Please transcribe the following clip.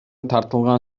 тартылган